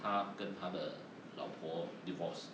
他跟他的老婆 divorce